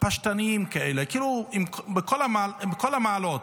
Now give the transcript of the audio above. פשטניים כאלה, עם כל המעלות.